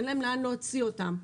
אין להם לאן להוציא אותם.